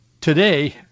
today